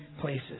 places